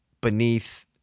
beneath